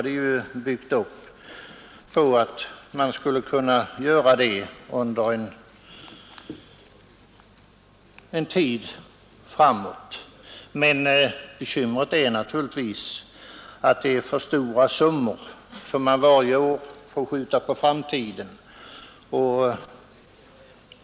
Det byggdes ju upp för detta ändamål. Men bekymret är att för stora summor varje år får skjutas på framtiden.